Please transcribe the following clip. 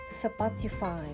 Spotify